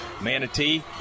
manatee